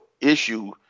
issue